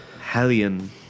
Hellion